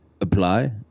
apply